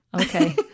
Okay